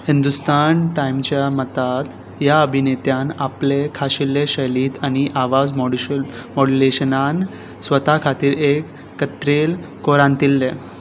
हिंदुस्तान टायम्सच्या मतान ह्या अभिनेत्यान आपले खाशेले शैलीत आनी आवाज माॅड्युशुल मॉड्युलेशनान स्वता खातीर एक कत्रेल कोरांतिल्लें